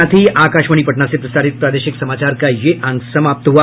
इसके साथ ही आकाशवाणी पटना से प्रसारित प्रादेशिक समाचार का ये अंक समाप्त हुआ